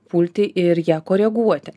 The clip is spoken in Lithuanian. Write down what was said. pulti ir ją koreguoti